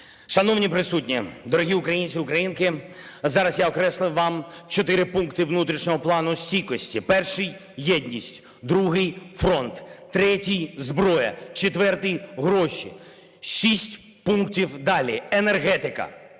Шановні присутні, дорогі українці і українки, зараз я окреслив вам чотири пункти внутрішнього Плану стійкості: перший – "Єдність", другий – "Фронт", третій –"Зброя", четвертий – "Гроші". Шість пунктів далі. "Енергетика"